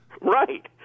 Right